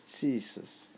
Jesus